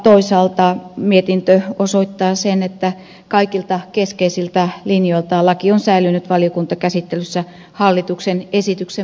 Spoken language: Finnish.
toisaalta mietintö osoittaa sen että kaikilta keskeisiltä linjoiltaan laki on säilynyt valiokuntakäsittelyssä hallituksen esityksen mukaisena